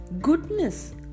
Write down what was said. Goodness